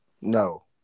No